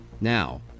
Now